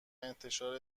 انتشار